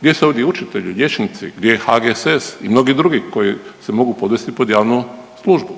Gdje su ovdje učitelji, liječnici, gdje je HGSS i mnogi drugi koji se mogu podvesti pod javnu službu?